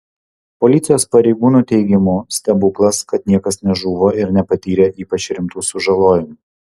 policijos pareigūnų teigimu stebuklas kad niekas nežuvo ir nepatyrė ypač rimtų sužalojimų